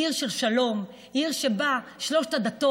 היא עיר של שלום, היא עיר שבה שלוש הדתות